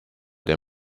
der